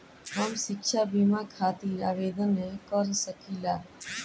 हम शिक्षा बीमा खातिर आवेदन कर सकिला?